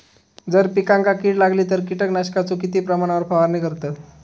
जर पिकांका कीड लागली तर कीटकनाशकाचो किती प्रमाणावर फवारणी करतत?